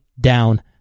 down